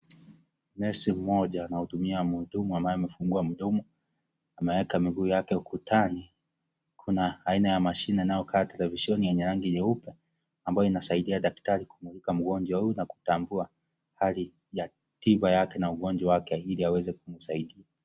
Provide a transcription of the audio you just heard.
Nesi mmoja anahudumia mhudumu ambaye amefungua mdomo, ameweka miguu yake ukutani, kuna aina ya mashine inayokaa televishoni yenye rangi nyeupe, ambayo inasaidia daktari kumulika mgonjwa huu na kutambua hali ya tiba yake na ugonjwa wake ili aweze kumsaidia.